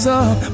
up